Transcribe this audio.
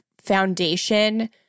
foundation